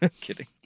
Kidding